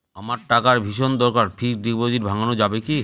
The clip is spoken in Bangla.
আমার টাকার ভীষণ দরকার ফিক্সট ডিপোজিট ভাঙ্গানো যাবে কি?